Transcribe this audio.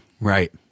right